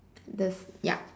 there's ya